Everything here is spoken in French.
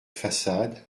façade